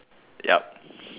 yup